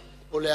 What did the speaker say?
ראשית,